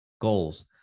goals